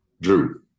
Drew